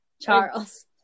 Charles